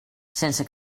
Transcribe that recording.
sense